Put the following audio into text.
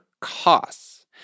costs